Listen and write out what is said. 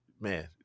man